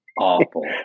Awful